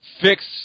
fix